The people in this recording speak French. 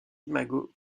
imagos